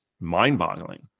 mind-boggling